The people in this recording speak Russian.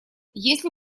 если